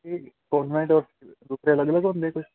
ਇਹ ਕੌਨਵੈਂਟ ਔਰ ਦੂਸਰੇ ਅਲੱਗ ਅਲੱਗ ਹੁੰਦੇ ਕੁਛ